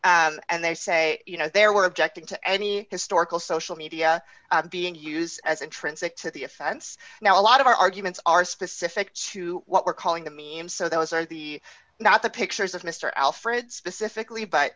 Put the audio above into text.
two and they say you know there were objecting to any historical social media being used as intrinsic to the offense now a lot of our arguments are specific to what we're calling the me and so those are the not the pictures of mister alfred specifically but